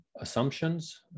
assumptions